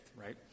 right